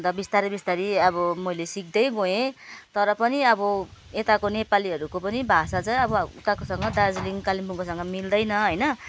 अन्त बिस्तारै बिस्तारै अब मैले सिक्दै गएँ तर पनि अब यताको नेपालीहरूको पनि भाषा चाहिँ अब उताको सँग दार्जिलिङ कालिम्पोङको सँग मिल्दैन होइन